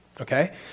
Okay